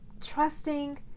trusting